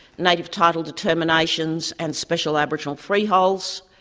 native title determinations and special aboriginal freeholds,